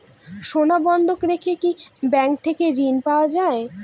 সোনা বন্ধক রেখে কি ব্যাংক থেকে ঋণ পাওয়া য়ায়?